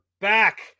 back